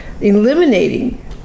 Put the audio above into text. eliminating